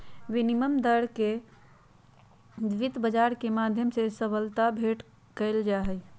विनिमय दर के वित्त बाजार के माध्यम से सबलता भेंट कइल जाहई